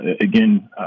again